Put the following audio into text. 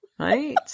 Right